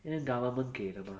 因为 government 给的 mah